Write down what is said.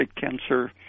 cancer